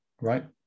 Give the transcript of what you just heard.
right